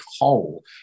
whole